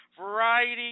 Variety